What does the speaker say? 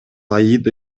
аида